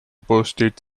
postage